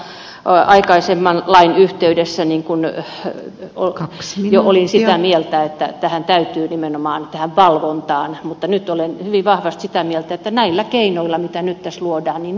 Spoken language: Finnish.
henkilökohtaisesti erityisesti aikaisemman lain yhteydessä jo olin sitä mieltä että täytyy satsata nimenomaan tähän valvontaan mutta nyt olen hyvin vahvasti sitä mieltä että edetään näitä keinoja joita nyt tässä luodaan vahvistaen